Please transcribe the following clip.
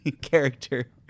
character